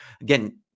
Again